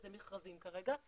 וזה מכרזים כרגע,